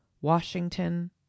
Washington